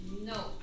No